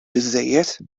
biżżejjed